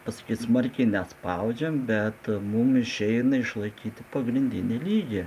paskui smarkiai nespaudžiam bet mums išeina išlaikyti pagrindinį lygį